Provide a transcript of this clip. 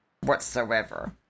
whatsoever